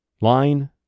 line